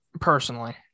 Personally